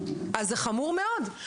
אז זה חמור מאוד.